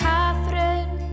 Catherine